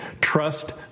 Trust